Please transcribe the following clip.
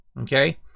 okay